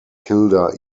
kilda